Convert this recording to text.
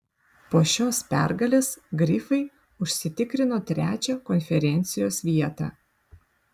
po šios pergalės grifai užsitikrino trečią konferencijos vietą